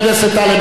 תשמע את כולם.